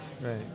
right